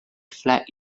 flag